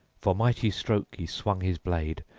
for mighty stroke he swung his blade,